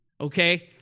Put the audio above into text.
Okay